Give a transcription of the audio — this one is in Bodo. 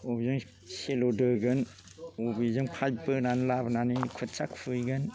अबेजों सेल' दोगोन अबेजों फाइफ बोनानै लाबोनानै खोथिया खुबैगोन